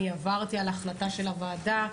אני עברתי על ההחלטה של הוועדה,